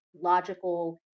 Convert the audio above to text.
logical